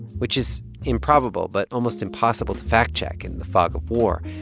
which is improbable but almost impossible to fact-check in the fog of war.